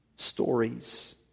Stories